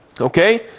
Okay